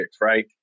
Right